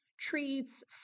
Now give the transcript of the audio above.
treats